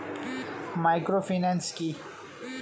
Microfinance কি?